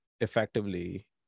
effectively